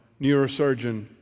neurosurgeon